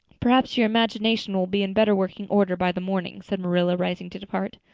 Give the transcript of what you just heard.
perhaps your imagination will be in better working order by the morning, said marilla, rising to depart.